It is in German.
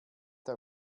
der